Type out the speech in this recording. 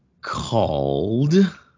called